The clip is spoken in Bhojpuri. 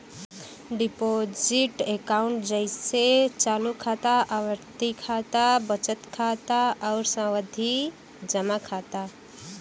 डिपोजिट अकांउट जइसे चालू खाता, आवर्ती जमा खाता, बचत खाता आउर सावधि जमा खाता